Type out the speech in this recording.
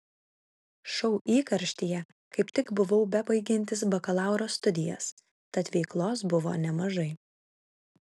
šou įkarštyje kaip tik buvau bebaigiantis bakalauro studijas tad veiklos buvo nemažai